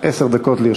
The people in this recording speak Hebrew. עשר דקות.